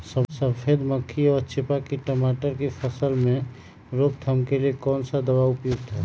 सफेद मक्खी व चेपा की टमाटर की फसल में रोकथाम के लिए कौन सा दवा उपयुक्त है?